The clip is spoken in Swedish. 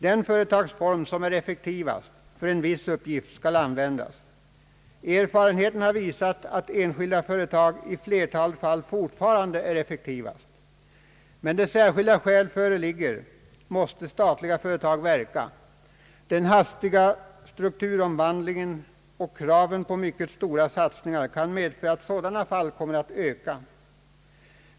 Den företagsform som är effektivast för en viss uppgift skall användas. Erfarenheten har visat att enskilda företag i flertalet fall fortfarande är effektivast. Men där särskilda skäl föreligger, måste statliga företag verka. Den hastiga strukturomvandlingen och kravet på mycket stora satsningar kan medföra att sådana fall kommer att öka.